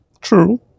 true